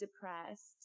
depressed